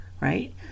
right